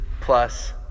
plus